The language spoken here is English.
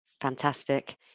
Fantastic